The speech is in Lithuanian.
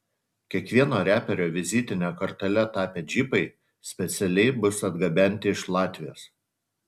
kiekvieno reperio vizitine kortele tapę džipai specialiai bus atgabenti iš latvijos